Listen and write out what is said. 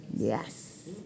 Yes